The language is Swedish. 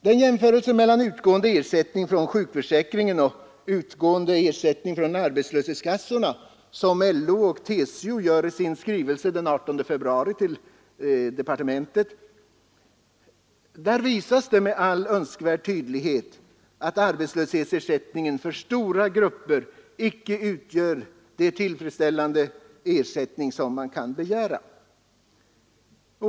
Den jämförelse mellan utgående ersättning från sjukförsäkringen och utgående ersättning från arbetslöshetskassorna som LO och TCO gör i sin skrivelse till departementet den 18 februari visar med all önskvärd tydlighet, att arbetslöshetsersättningen för stora grupper icke utgör det tillfredsställande skydd som man kan begära.